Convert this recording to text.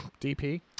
DP